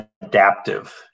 adaptive